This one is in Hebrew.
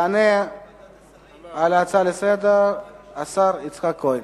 יענה על ההצעה לסדר-היום השר יצחק כהן.